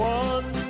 one